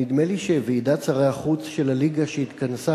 נדמה לי שוועידת שרי החוץ של הליגה שהתכנסה